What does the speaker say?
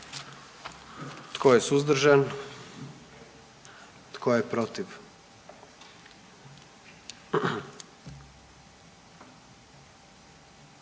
Tko je suzdržan? I tko je protiv?